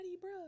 bro